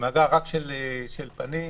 רק של פנים,